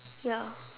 ya